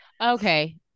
Okay